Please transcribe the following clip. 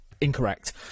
incorrect